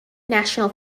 national